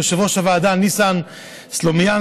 ליושב-ראש הוועדה ניסן סלומינסקי,